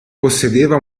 possedeva